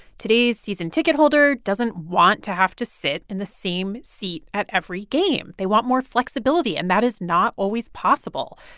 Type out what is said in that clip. today's season ticket holder doesn't want to have to sit in the same seat at every game. they want more flexibility, and that is not always possible.